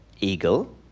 eagle